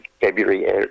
February